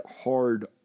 hard